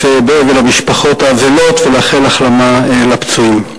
באבל המשפחות האבלות ולאחל החלמה לפצועים.